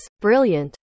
brilliant